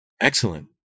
Excellent